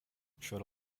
showed